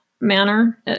manner